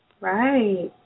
Right